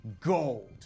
gold